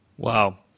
Wow